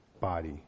body